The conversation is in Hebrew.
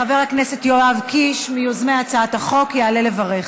חבר הכנסת יואב קיש, מיוזמי הצעת החוק, יעלה לברך.